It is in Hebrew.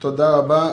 תודה רבה.